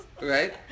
Right